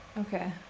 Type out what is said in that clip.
Okay